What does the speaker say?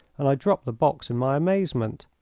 and i dropped the box in my amazement.